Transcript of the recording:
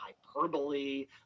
hyperbole